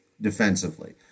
defensively